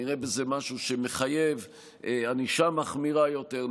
נראה בזה משהו שמחייב ענישה מחמירה יותר,